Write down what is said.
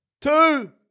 Two